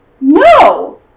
no